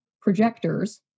projectors